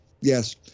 Yes